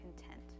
content